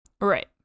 Right